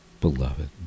beloved